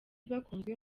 bakunzwe